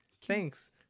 thanks